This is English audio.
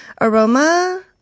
aroma